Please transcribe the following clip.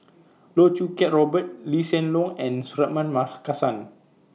Loh Choo Kiat Robert Lee Hsien Loong and Suratman Markasan